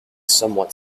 somewhat